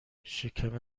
شکم